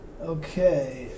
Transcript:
Okay